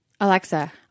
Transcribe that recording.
Alexa